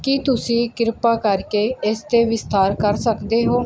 ਕੀ ਤੁਸੀਂ ਕਿਰਪਾ ਕਰਕੇ ਇਸ 'ਤੇ ਵਿਸਥਾਰ ਕਰ ਸਕਦੇ ਹੋ